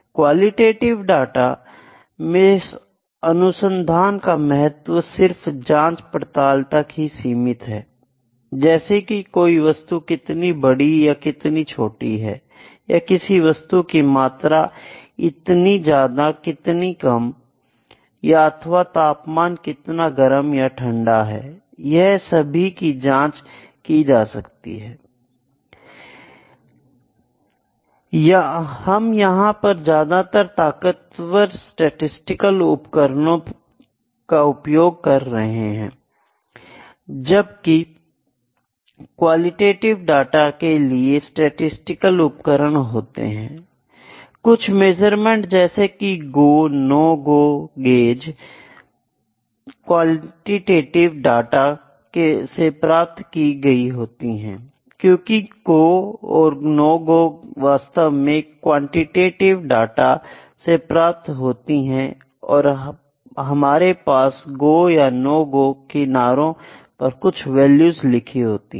qualitative data में अनुसंधान का महत्व सिर्फ जांच पड़ताल तक ही सीमित है I जैसे कि कोई वस्तु कितनी बड़ी अथवा इतनी छोटी है या किसी वस्तु की मात्रा इतनी ज्यादा इतनी कम है अथवा तापमान कितना गर्म या ठंडा है I यह सभी की जांच की जा सकती हैं I हम यहां पर ज्यादा ताक़तवर स्टैटिस्टिकल उपकरणों उपयोग नहीं कर सकते Iजबकि क्वालिटेटिव डाटा के लिए भी स्टैटिस्टिकल उपकरणों होते हैं I कुछ मेजरमेंट जैसे कि go no go gauges quantitative data से प्राप्त की गई है क्योंकि गो और नो गो वास्तव में क्वांटिटिव डाटा से प्राप्त होती है और हमारे पास गो और नो गो किनारो पर कुछ वैल्यूज लिखी होती है